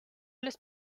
les